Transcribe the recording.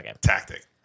tactic